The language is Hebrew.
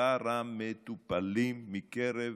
מספר המטופלים מקרב